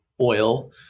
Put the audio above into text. oil